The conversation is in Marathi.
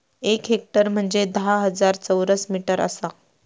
एक हेक्टर म्हंजे धा हजार चौरस मीटर आसा